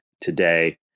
today